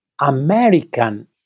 American